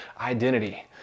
identity